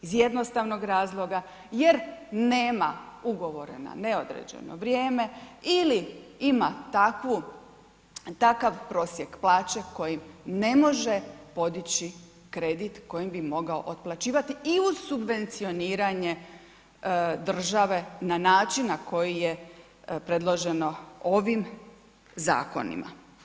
Iz jednostavnog razloga jer nema ugovora na neodređeno vrijeme ili ima takvu, takav prosjek plaće kojim ne može podići kredit kojim bi mogao otplaćivati i uz subvencioniranje države na način na koji je preloženo ovim zakonima.